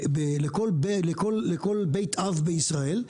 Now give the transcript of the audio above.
לכל בית אב בישראל,